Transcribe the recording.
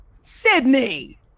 Sydney